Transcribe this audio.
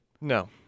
No